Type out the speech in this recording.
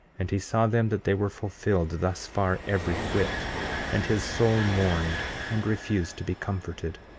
and he saw them that they were fulfilled thus far, every whit and his soul mourned and refused to be comforted.